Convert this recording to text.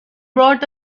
brought